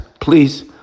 please